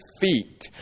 feet